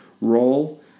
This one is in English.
role